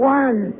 one